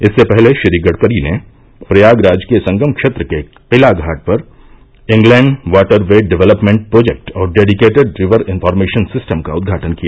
इससे पहले श्री गड़करी ने प्रयागराज के संगम क्षेत्र के किला घाट पर inland water way development project और डेडिकेटेड रिवर इंफार्मेशन सिस्टम का उद्घाटन किया